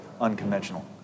unconventional